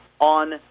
on